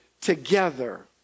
together